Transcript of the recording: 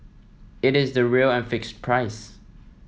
it is the real and fixed price